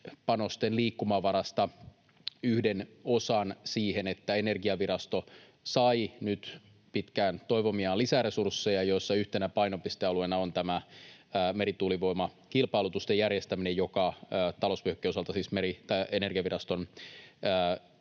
liikkumavarasta yhden osan siihen, että Energiavirasto sai nyt pitkään toivomiaan lisäresursseja, joissa yhtenä painopistealueena on merituulivoiman kilpailutusten järjestäminen, joka talousvyöhykkeen osalta siis tulisi Energiaviraston